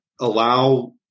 allow